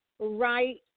Right